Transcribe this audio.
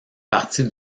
partie